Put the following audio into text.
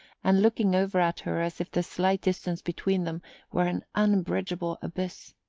and looking over at her as if the slight distance between them were an unbridgeable abyss.